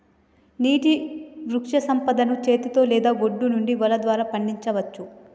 నీటి వృక్షసంపదను చేతితో లేదా ఒడ్డు నుండి వల ద్వారా పండించచ్చు